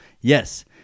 yes